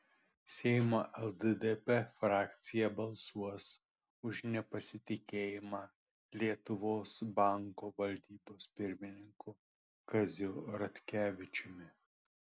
seimo lddp frakcija balsuos už nepasitikėjimą lietuvos banko valdybos pirmininku kaziu ratkevičiumi